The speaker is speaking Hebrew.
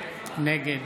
נגד